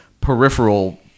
peripheral